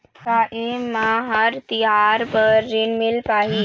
का ये म हर तिहार बर ऋण मिल पाही?